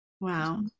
wow